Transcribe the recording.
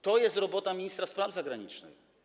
To jest robota ministra spraw zagranicznych.